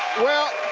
well,